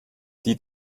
die